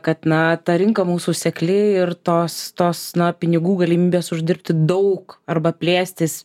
kad na ta rinka mūsų sekli ir tos tos pinigų galimybės uždirbti daug arba plėstis